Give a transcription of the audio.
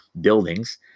buildings